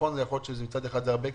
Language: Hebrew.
יכול להיות שמצד אחד זה הרבה כסף,